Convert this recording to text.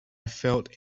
felt